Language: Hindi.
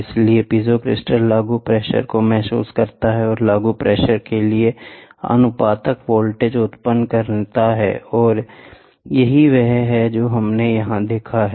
इस प्रकार पीजो क्रिस्टल लागू प्रेशर को महसूस करता है और लागू प्रेशर के लिए आनुपातिक वोल्टेज उत्पन्न करता है यह वही है जो हमने यहां देखा था